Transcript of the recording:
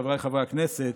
חבריי חברי הכנסת,